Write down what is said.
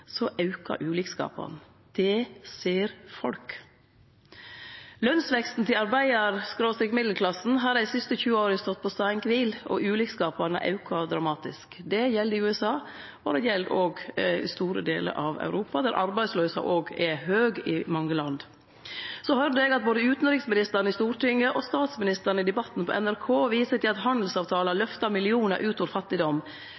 aukar ulikskapane. Det ser folk. Lønsveksten til arbeidar-/middelklassen har dei siste 20 åra stått på staden kvil, og ulikskapane aukar dramatisk. Det gjeld i USA, og det gjeld òg i store delar av Europa, der arbeidsløysa er høg i mange land. Så høyrde eg at både utanriksministeren i Stortinget og statsministeren i Debatten på NRK viste til at handelsavtalar